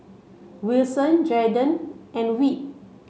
Wilson Jaiden and Whit